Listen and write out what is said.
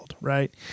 right